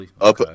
up